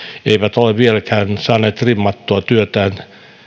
eivät ole vieläkään saaneet trimmattua työtään